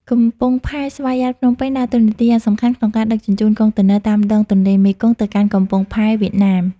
កំពង់ផែស្វយ័តភ្នំពេញ ដើរតួនាទីយ៉ាងសំខាន់ក្នុងការដឹកជញ្ជូនកុងតឺន័រតាមដងទន្លេមេគង្គទៅកាន់កំពង់ផែវៀតណាម។